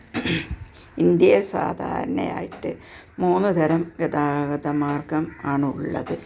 ഇന്ത്യയില് സാധാരണയായിട്ട് മൂന്നുതരം ഗതാഗത മാര്ഗം ആണുള്ളത്